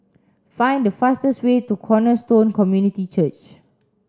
find the fastest way to Cornerstone Community Church